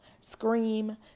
scream